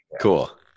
Cool